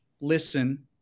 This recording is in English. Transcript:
listen